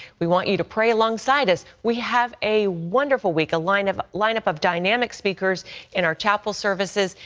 we want you to pray alongside us. we have a wonderful week. a lineup of lineup of dynamic speakers in our chapel services.